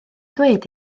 dweud